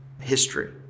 history